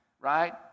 right